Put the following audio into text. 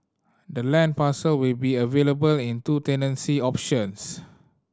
the land parcel will be available in two tenancy options